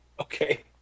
Okay